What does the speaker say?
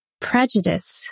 Prejudice